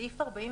סעיף 44